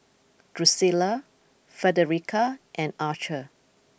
Drucilla Frederica and Archer